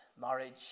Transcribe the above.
Marriage